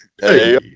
Hey